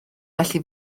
felly